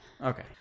Okay